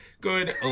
Good